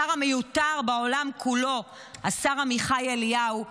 השר המיותר בעולם כולו השר עמיחי אליהו,